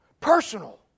personal